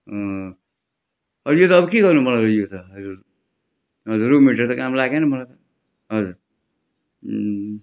अब यो त अब के गर्नु मलाई यो त हजुर हजुरको मिठाई त काम लागेन मलाई त हजुर